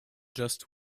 just